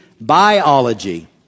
biology